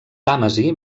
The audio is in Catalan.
tàmesi